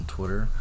Twitter